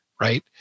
right